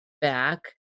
back